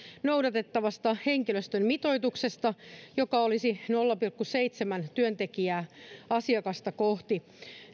noudatettavasta henkilöstön mitoituksesta joka olisi nolla pilkku seitsemän työntekijää asiakasta kohti